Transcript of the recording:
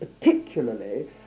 particularly